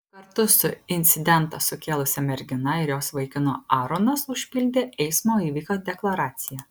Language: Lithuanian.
kartu su incidentą sukėlusia mergina ir jos vaikinu aaronas užpildė eismo įvykio deklaraciją